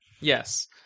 Yes